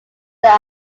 their